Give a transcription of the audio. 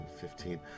fifteen